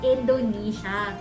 Indonesia